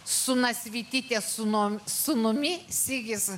su nasvytytės sūnum sūnumi sigis